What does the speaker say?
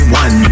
one